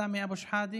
חבר הכנסת סמי אבו שחאדה,